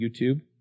YouTube